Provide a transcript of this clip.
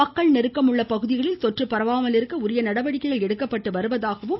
மக்கள் நெருக்கம் உள்ள பகுதிகளில் தொற்று பரவாமல் இருக்க உரிய நடவடிக்கைகள் எடுக்கப்பட்டு வருவதாகவும் அவர் கூறினார்